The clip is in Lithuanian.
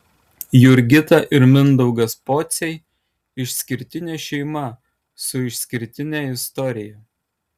jurgita ir mindaugas pociai išskirtinė šeima su išskirtine istorija